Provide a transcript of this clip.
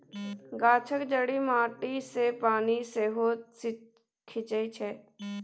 गाछक जड़ि माटी सँ पानि सेहो खीचई छै